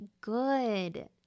good